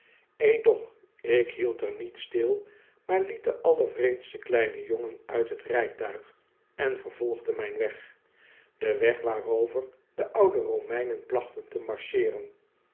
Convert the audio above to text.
edoch ik hield er niet stil maar liet den allervreemdsten kleinen jongen uit t rijtuig en vervolgde mijn weg den weg waarover de oude romeinen plachten te marcheeren